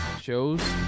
shows